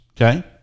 okay